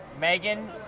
Megan